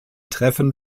treffen